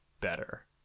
better